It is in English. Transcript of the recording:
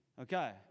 Okay